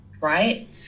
right